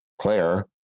Claire